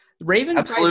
Ravens